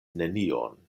nenion